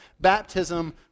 Baptism